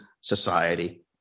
society